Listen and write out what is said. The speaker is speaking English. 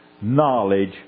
knowledge